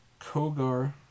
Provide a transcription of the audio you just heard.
Kogar